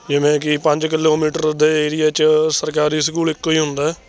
ਜਿਵੇਂ ਕਿ ਪੰਜ ਕਿਲੋਮੀਟਰ ਦੇ ਏਰੀਆ 'ਚ ਸਰਕਾਰੀ ਸਕੂਲ ਇੱਕੋ ਹੀ ਹੁੰਦਾ ਹੈ